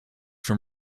from